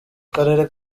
karere